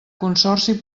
consorci